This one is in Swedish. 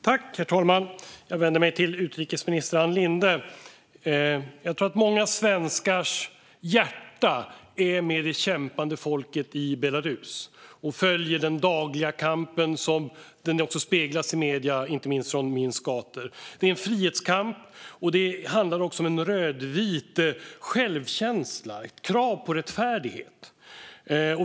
Herr talman! Jag vänder mig till utrikesminister Ann Linde. Jag tror att många svenskars hjärta är med det kämpande folket i Belarus och följer den dagliga kamp från inte minst Minsks gator så som den speglas i medierna. Det är en frihetskamp. Det handlar också om en rödvit självkänsla och ett krav på rättfärdighet.